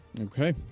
Okay